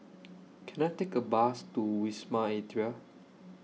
Can I Take A Bus to Wisma Atria